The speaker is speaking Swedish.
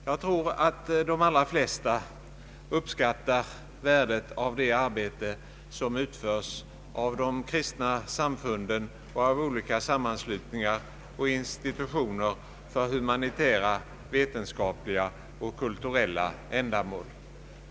Jag tror att de allra flesta uppskattar värdet av det arbete som utförs av de kristna samfunden och av olika sammanslutningar och institutioner för humanitära, vetenskapliga och kulturella ändamål.